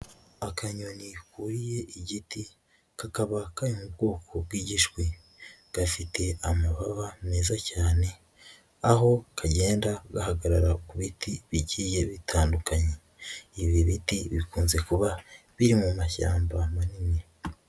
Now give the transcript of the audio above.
Akanyoni kuriye igiti kakaba kari mu bwoko bw'igishwi, gafite amababa meza cyane aho kagenda gahagarara ku biti bigiye bitandukanye, ibi biti bikunze kuba biri mu mashyamba manini.